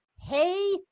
Hey